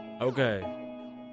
Okay